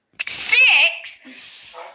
Six